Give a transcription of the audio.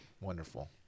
Wonderful